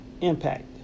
impact